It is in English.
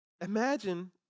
Imagine